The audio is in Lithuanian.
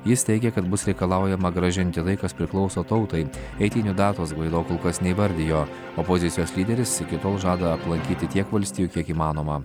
jis teigia kad bus reikalaujama grąžinti tai kas priklauso tautai eitynių datos gvaido kol kas neįvardijo opozicijos lyderis iki tol žada aplankyti tiek valstijų kiek įmanoma